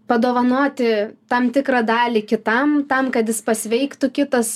padovanoti tam tikrą dalį kitam tam kad jis pasveiktų kitas